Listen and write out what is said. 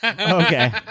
Okay